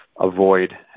avoid